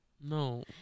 No